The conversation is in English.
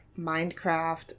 minecraft